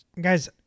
Guys